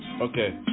okay